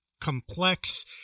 complex